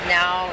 now